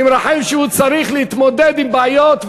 אני מרחם עליו שהוא צריך להתמודד עם בעיות,